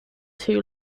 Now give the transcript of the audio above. two